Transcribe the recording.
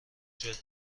جاده